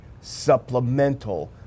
supplemental